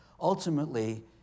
ultimately